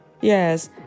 Yes